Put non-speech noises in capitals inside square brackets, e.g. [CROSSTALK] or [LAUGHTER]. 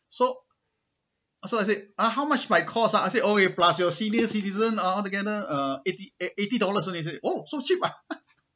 so so I said ah how much my cost ah I said oh you plus your senior citizen ah altogether uh eighty eighty dollars only he said oh so cheap ah [LAUGHS]